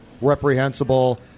reprehensible